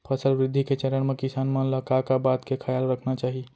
फसल वृद्धि के चरण म किसान मन ला का का बात के खयाल रखना चाही?